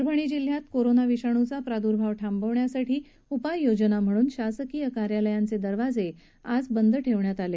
परभणी जिल्ह्यात कोरोना विषाणूचा प्राद्भाव थांबवण्यासाठी उपाययोजना म्हणून शासकीय कार्यालयाचे दरवाजे आज बंद ठेवण्यात आले